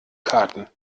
karten